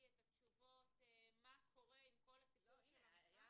את התשובות מה קורה עם כל הסיפור של המכרז?